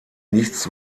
nichts